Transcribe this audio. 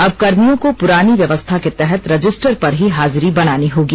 अब कर्मियों को पुरानी व्यवस्था के तहत रजिस्टर पर ही हाजिरी बनानी होगी